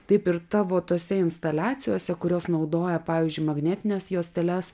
taip ir tavo tose instaliacijose kurios naudoja pavyzdžiui magnetines juosteles